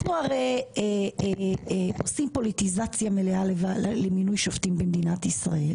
אנחנו עושים פוליטיזציה מלאה למינוי שופטים במדינת ישראל